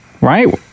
right